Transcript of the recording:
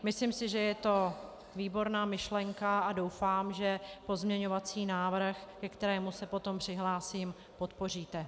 Myslím si, že je to výborná myšlenka, a doufám, že pozměňovací návrh, ke kterému se potom přihlásím, podpoříte.